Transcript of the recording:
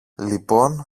λοιπόν